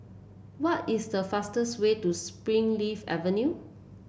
what is the fastest way to Springleaf Avenue